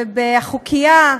וב"אחוקייה"